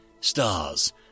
Stars